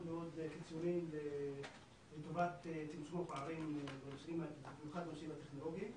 מאוד קיצוניים לטובת צמצום הפערים במיוחד בנושאים הטכנולוגיים.